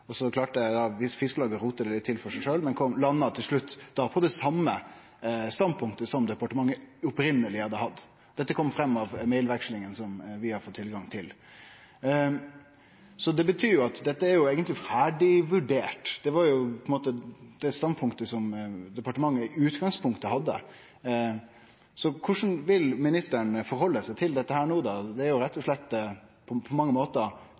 Fiskarlaget. Så klarte Fiskarlaget å rote det litt til for seg sjølv, men landa til slutt på det same standpunktet som departementet opphavleg hadde hatt. Dette kjem fram av e-postutvekslinga som vi har fått tilgang til. Det betyr at dette eigentleg er ferdigvurdert; det var på ein måte det standpunktet som departementet i utgangspunktet hadde. Korleis vil ministeren stille seg til dette no? Det er jo rett og slett på mange måtar